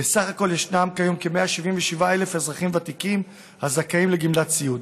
ובסך הכול ישנם כיום כ-177,000 אזרחים ותיקים הזכאים לגמלת סיעוד.